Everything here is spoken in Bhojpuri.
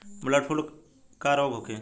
बडॅ फ्लू का रोग होखे?